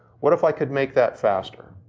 what if i could make that faster?